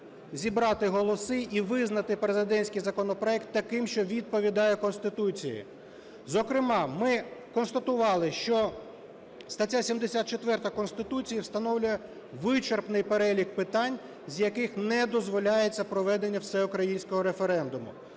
зібрати голоси і визнати президентський законопроект таким, що відповідає Конституції. Зокрема, ми констатували, що стаття 74 Конституції встановлює вичерпний перелік питань, з яких не дозволяється проведення всеукраїнського референдуму.